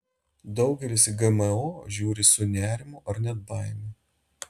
daugelis į gmo žiūri su nerimu ar net baime